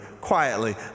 quietly